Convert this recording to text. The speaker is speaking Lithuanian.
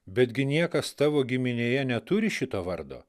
betgi niekas tavo giminėje neturi šito vardo